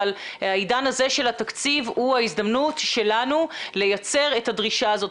אבל העידן הזה של התקציב הוא ההזדמנות שלנו לייצר את הדרישה הזאת,